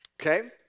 Okay